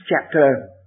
chapter